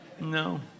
no